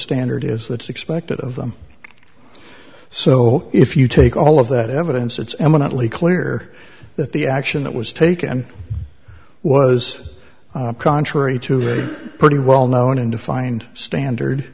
standard is that is expected of them so if you take all of that evidence it's eminently clear that the action that was taken was contrary to very pretty well known and defined standard